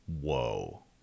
whoa